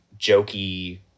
jokey